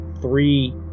three